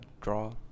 draw